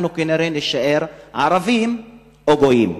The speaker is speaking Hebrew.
אנחנו כנראה נישאר ערבים או גויים.